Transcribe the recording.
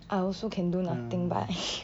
I also can do nothing but